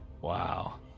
wow